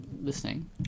listening